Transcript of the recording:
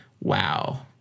Wow